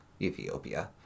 Ethiopia